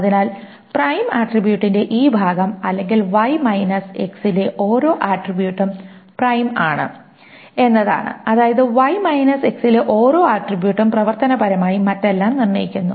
അതിനാൽ പ്രൈം അട്രിബ്യൂട്ടിന്റെ ഈ ഭാഗം അല്ലെങ്കിൽ Y മൈനസ് X ലെ ഓരോ ആട്രിബ്യൂട്ടും പ്രൈം ആണ് എന്നതാണ് അതായത് Y മൈനസ് X ലെ ഓരോ ആട്രിബ്യൂട്ടും പ്രവർത്തനപരമായി മറ്റെല്ലാം നിർണ്ണയിക്കുന്നു